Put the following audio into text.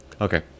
Okay